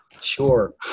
Sure